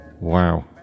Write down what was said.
wow